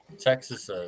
Texas